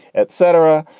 et cetera.